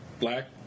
black